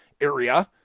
area